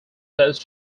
close